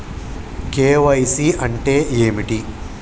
KYC అంటే ఏమిటి?